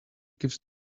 gives